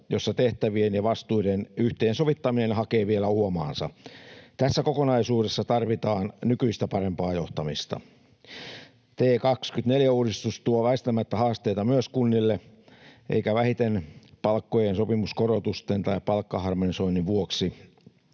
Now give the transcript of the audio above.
jossa tehtävien ja vastuiden yhteensovittaminen hakee vielä uomaansa. Tässä kokonaisuudessa tarvitaan nykyistä parempaa johtamista. TE24-uudistus tuo väistämättä haasteita myös kunnille eikä vähiten palkkojen sopimuskorotusten tai palkkaharmonisoinnin vuoksi.